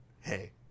hey